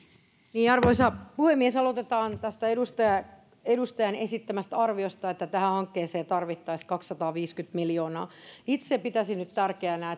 arvoisa puhemies aloitetaan tästä edustajan esittämästä arviosta että tähän hankkeeseen tarvittaisiin kaksisataaviisikymmentä miljoonaa itse pitäisin nyt tärkeänä